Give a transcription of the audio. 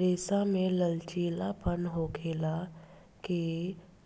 रेशा में लचीलापन होखला के